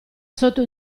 sotto